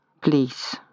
please